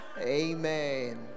Amen